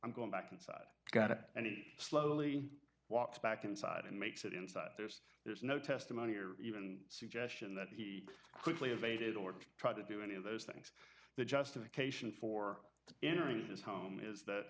i'm going back inside and slowly walked back inside and makes it inside there's there's no testimony or even suggestion that he quickly evaded or tried to do any of those things the justification for entering this home is that